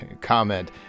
comment